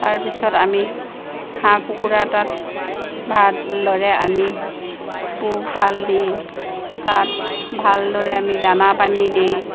তাৰপিছত আমি হাঁহ কুকুৰা তাত ভালদৰে আনি পোহপাল দি তাত ভালদৰে আমি দানা পানী দি